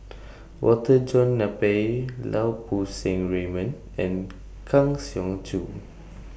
Walter John Napier Lau Poo Seng Raymond and Kang Siong Joo